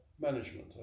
management